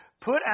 Put